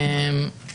אנחנו הבנו את זה.